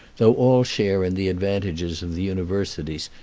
though all share in the advantages of the universities,